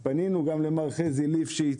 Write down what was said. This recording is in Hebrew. פנינו גם למר חזי ליפשיץ,